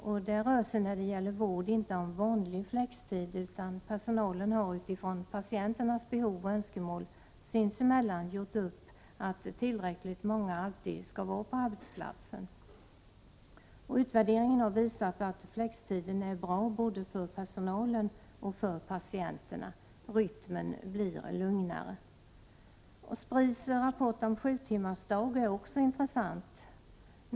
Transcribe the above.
När det gäller vård rör det sig inte om vanlig flextid utan personalen har utifrån patienternas behov och önskemål sinsemellan gjort upp att tillräckligt många alltid skall vara på arbetsplatsen. Utvärderingen har visat att flextiden är bra både för personalen och för patienterna. Rytmen blir lugnare. Spris rapport om sjutimmarsdag är också intressant.